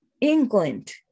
England